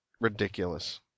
ridiculous